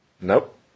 Nope